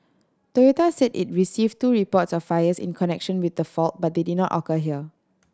Toyota said it received two reports of fires in connection with the fault but they did not occur here